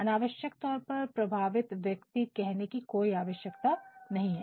अनावश्यक तौर पर प्रभावित व्यक्ति कहने की कोई आवश्यकता नहीं है